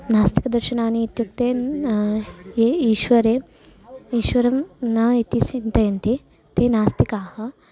नास्तिकदर्शनानि इत्युक्ते ये ईश्वरे ईश्वरं न इति चिन्तयन्ति ते नास्तिकाः